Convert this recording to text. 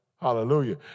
Hallelujah